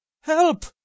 Help